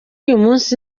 umunsi